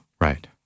Right